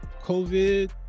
covid